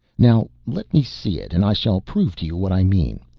now let me see it and i shall prove to you what i mean.